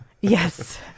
Yes